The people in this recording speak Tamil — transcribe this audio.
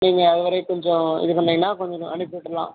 நீங்கள் அதுவரையும் கொஞ்சம் இது பண்ணீங்கன்னால் கொஞ்சம் அனுப்பிவிட்டுரலாம்